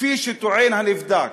כפי שטוען הנבדק.